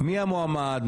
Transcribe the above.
מי המועמד,